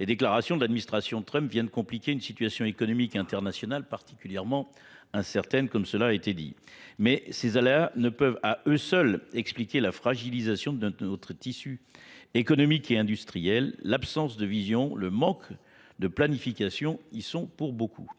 les déclarations d'administration de Trump viennent compliquer une situation économique internationale, particulièrement incertaine comme cela a été dit. Mais ces aléas ne peuvent à eux seuls expliquer la fragilisation de notre tissu économique et industriel. L'absence de vision, le manque de planification y sont pour beaucoup.